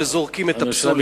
וזורקים את הפסולת.